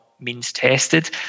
means-tested